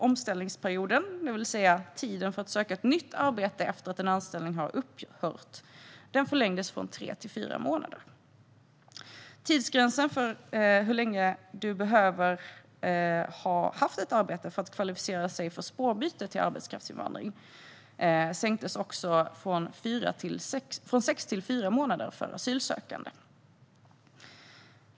Omställningsperioden, det vill säga tiden för att söka ett nytt arbete efter att en anställning har upphört, förlängdes från tre till fyra månader. Tidsgränsen som man behöver ha haft ett arbete för att kvalificera sig för spårbyte till arbetskraftsinvandring sänktes också från sex till fyra månader för asylsökande.